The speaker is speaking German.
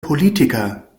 politiker